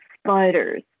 spiders